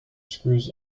screws